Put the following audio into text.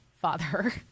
Father